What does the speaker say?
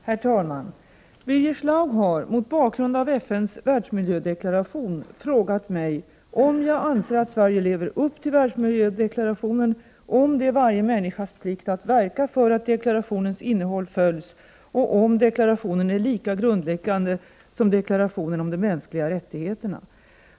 Herr talman! Birger Schlaug har mot bakgrund av FN:s världsmiljödeklaration frågat mig om jag anser att Sverige lever upp till världsmiljödeklarationen, om det är varje människas plikt att verka för att deklarationens innehåll följs och om deklarationen är lika grundläggande som deklarationen om de mänskliga rättigheterna.